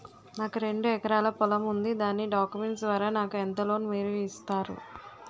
నాకు రెండు ఎకరాల పొలం ఉంది దాని డాక్యుమెంట్స్ ద్వారా నాకు ఎంత లోన్ మీరు ఇస్తారు?